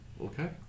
Okay